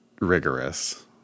rigorous